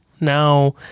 now